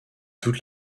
toute